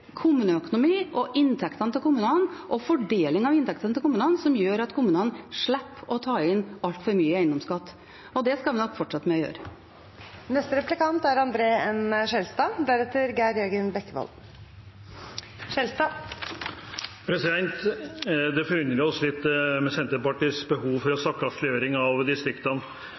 kommuneøkonomi – inntektene og fordelingen av inntektene til kommunene – som gjør at kommunene slipper å ta inn altfor mye eiendomsskatt. Det skal vi nok fortsette med å gjøre. Senterpartiets behov for stakkarsliggjøring av distriktene forundrer oss litt. Det forundret meg også da jeg denne uken var og besøkte en distriktskommune – min egen, Verran – og Salmars anlegg i Folla, der ikke minst grunnleggeren av